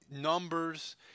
numbers